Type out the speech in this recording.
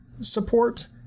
support